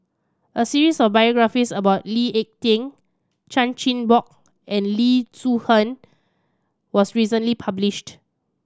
a series of biographies about Lee Ek Tieng Chan Chin Bock and Loo Zihan was recently published